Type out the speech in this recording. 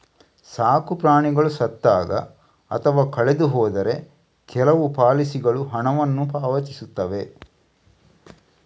ಸಾಕು ಪ್ರಾಣಿಗಳು ಸತ್ತಾಗ ಅಥವಾ ಕಳೆದು ಹೋದರೆ ಕೆಲವು ಪಾಲಿಸಿಗಳು ಹಣವನ್ನು ಪಾವತಿಸುತ್ತವೆ